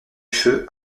feu